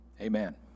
Amen